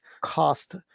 cost